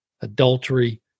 adultery